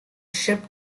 shipped